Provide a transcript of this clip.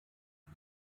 die